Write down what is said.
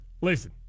listen